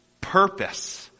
purpose